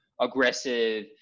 aggressive